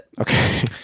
Okay